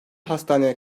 hastaneye